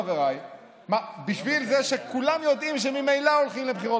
חבריי: בשביל זה שכולם יודעים שממילא הולכים לבחירות